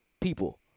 people